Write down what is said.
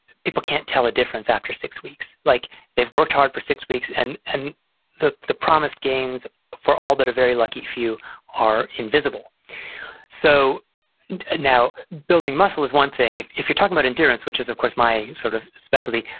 people can't tell a difference after six weeks. like they've worked hard for six weeks and and the the promise gains for all that are very lucky few are invisible so now, building muscle is one thing. if if you're talking about endurance, which is of course my sort of specialty,